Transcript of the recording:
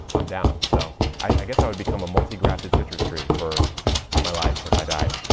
i'm down. so i guess i would become a multi-grafted citrus tree for my life, if i died.